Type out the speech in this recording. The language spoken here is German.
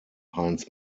heinz